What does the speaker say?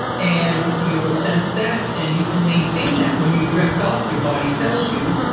and you will sense that, and you can maintain that. when you drift off, your body tells you,